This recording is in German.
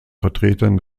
vertretern